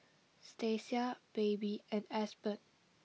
Stacia Baby and Aspen